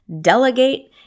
delegate